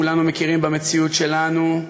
כולנו מכירים במציאות שלנו,